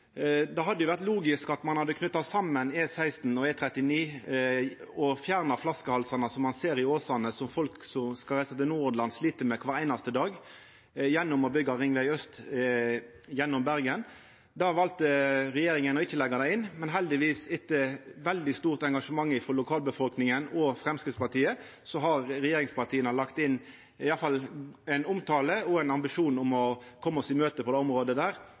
Det hadde vore logisk at ein hadde knytt saman E16 og E39 og fjerna flaskehalsane ein ser i Åsane – som folk som skal reisa til Nord-Hordaland, slit med kvar einaste dag – gjennom å byggja ringveg aust gjennom Bergen. Regjeringa valde å ikkje leggja det inn, men heldigvis, etter veldig stort engasjement frå lokalbefolkninga og Framstegspartiet, har regjeringspartia lagt inn i alle fall ein omtale og ambisjon om å koma oss i møte på det området.